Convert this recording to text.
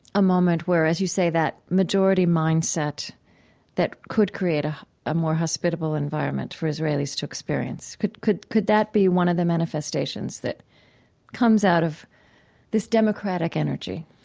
a moment where, as you say, that majority mindset that could create ah a more hospitable environment for israelis to experience, could could that be one of the manifestations that comes out of this democratic energy?